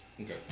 Okay